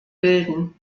bilden